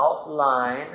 outline